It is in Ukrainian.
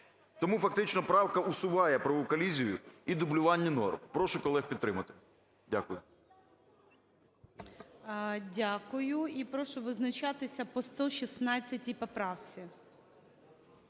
Тому фактично правка усуває правову колізію і дублювання норм. Прошу колег підтримати. Дякую. ГОЛОВУЮЧИЙ. Дякую. І прошу визначатися по 116 поправці.